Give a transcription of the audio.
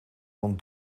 van